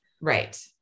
Right